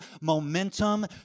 momentum